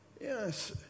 Yes